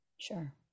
Sure